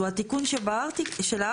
הוא התיקון של הארטיקל,